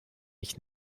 ich